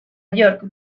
york